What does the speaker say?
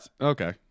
Okay